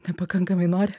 nepakankamai nori